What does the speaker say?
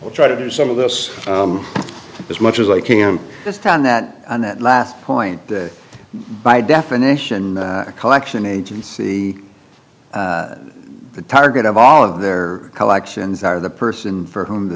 will try to do some of this as much as i can just found that on that last point that by definition a collection agency the target of all of their collections are the person for whom t